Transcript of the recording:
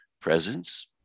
presence